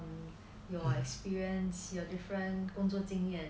your experience you are different 工作经验